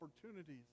opportunities